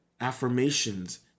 affirmations